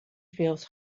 feels